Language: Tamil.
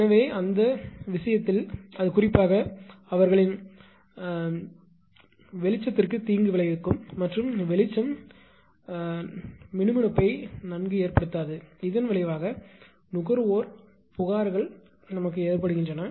எனவே அந்த விஷயத்தில் அது குறிப்பாக அவர்களின் ஒளிக்கு தீங்கு விளைவிக்கும் மற்றும் ஒளி மினுமினுப்பை ஏற்படுத்துகிறது இதன் விளைவாக நுகர்வோர் புகார்கள் ஏற்படுகின்றன